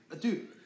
Dude